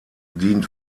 dient